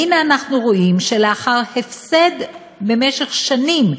והנה אנחנו רואים שלאחר הפסד במשך שנים,